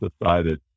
decided